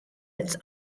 its